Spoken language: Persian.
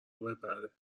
ببره